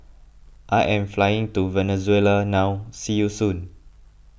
I am flying to Venezuela now see you soon